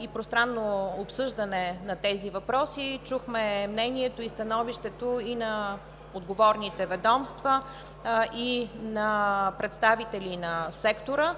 и пространно обсъждане на тези въпроси. Чухме мнението и становището и на отговорните ведомства, и на представители на сектора.